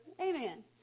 Amen